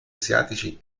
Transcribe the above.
asiatici